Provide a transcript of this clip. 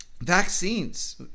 Vaccines